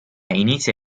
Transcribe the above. inizia